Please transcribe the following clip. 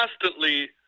constantly